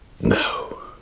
No